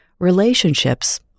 relationships